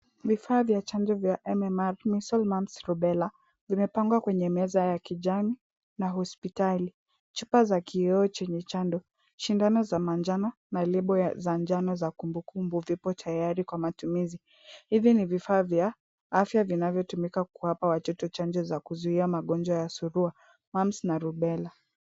Vifaa vya chanjo vya MMR measles, mumps , rubella vimepangwa kwenye meza ya kijani na hospitali. Chupa za kioo chenye chando. Sindano za manjano na lebo za njano za kumbukumbu zipo tayari kwa matumizi. Hivi ni vifaa vya afya vinavyotumika kuwapa watoto chanjo za kuzuia magonjwa ya surua mumps na rubela.